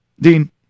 Dean